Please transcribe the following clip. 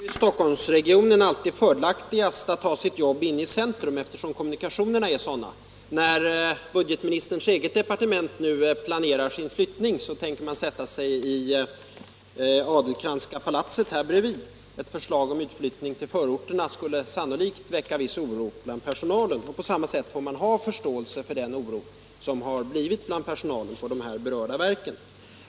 Herr talman! I Stockholmsregionen är det alltid fördelaktigast att ha sitt jobb inne i centrum, eftersom kommunikationerna är sådana. När budgetministerns eget departement nu planerar sin flyttning, tänker man sätta sig i Adelcrantzska palatset här bredvid. Ett förslag om utflyttning till förorterna skulle sannolikt väcka viss oro bland personalen. På samma sätt får man ha förståelse för den oro som uppstått bland personalen på de här berörda verken.